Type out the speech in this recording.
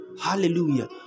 Hallelujah